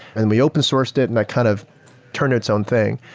and we open sourced it and that kind of turned its own thing.